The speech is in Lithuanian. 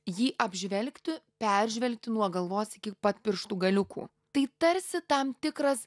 jį apžvelgti peržvelgti nuo galvos iki pat pirštų galiukų tai tarsi tam tikras